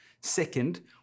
Second